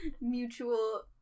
Mutual